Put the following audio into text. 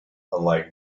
unlike